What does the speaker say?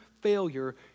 failure